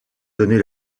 donner